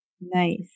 Nice